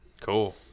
Cool